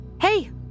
hey